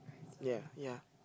ya ya